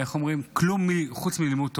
איך אומרים, כלום, חוץ מלימוד תורה.